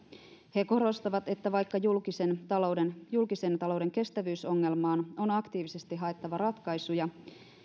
he korostavat että vaikka julkisen talouden julkisen talouden kestävyysongelmaan on aktiivisesti haettava ratkaisuja